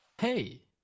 Hey